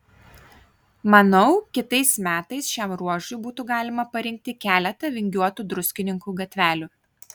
manau kitais metais šiam ruožui būtų galima parinkti keletą vingiuotų druskininkų gatvelių